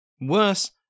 Worse